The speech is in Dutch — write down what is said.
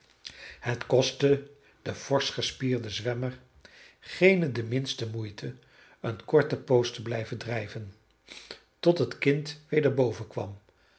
het kostte den forsch gespierden zwemmer geene de minste moeite een korte poos te blijven drijven tot het kind weder bovenkwam